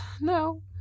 no